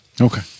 Okay